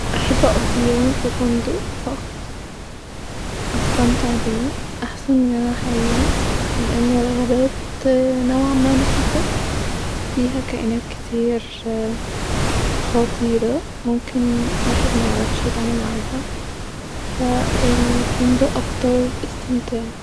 احب اقضي يوم في فندق ضخم-واستمتع بيه-احسن من ان انا اخيم لان الغابات نوعا ما مخيفه فيها كائنات كتير خطيره ممكن ممكن الواحد ميعرفش يتعامل معاها فا ال-الفندق اكتر استمتاع